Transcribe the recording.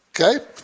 Okay